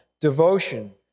Devotion